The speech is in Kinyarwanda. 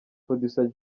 producer